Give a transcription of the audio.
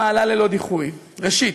ראשית,